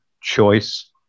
choice